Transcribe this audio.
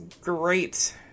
great